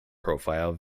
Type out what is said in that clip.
profile